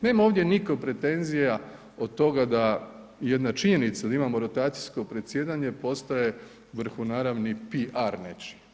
Nema ovdje nitko pretenzija od toga da jedna činjenica da imamo rotacijsko predsjedanje postaje vrhunaravni PR nečiji.